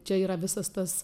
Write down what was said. čia yra visas tas